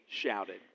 shouted